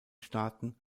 staaten